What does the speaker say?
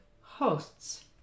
hosts